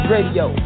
Radio